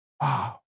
Wow